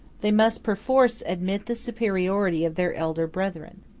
they must perforce admit the superiority of their elder brethren.